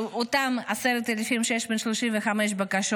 אותן 10,365 בקשות